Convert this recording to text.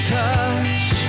touch